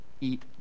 eat